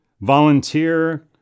volunteer